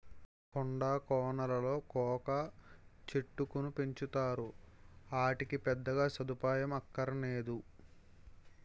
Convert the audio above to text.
కొండా కోనలలో కోకా చెట్టుకును పెంచుతారు, ఆటికి పెద్దగా సదుపాయం అక్కరనేదు